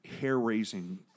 hair-raising